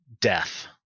death